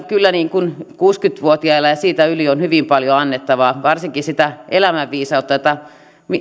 kyllä kuusikymmentä vuotiailla ja siitä yli on hyvin paljon annettavaa varsinkin sitä elämänviisautta jota